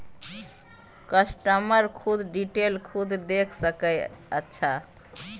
customer खुद detail खुद देख सके अच्छा